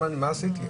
מה עשיתי?